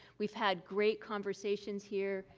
we've had great conversations here,